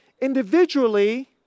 Individually